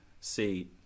see